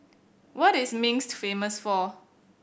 what is Minsk famous for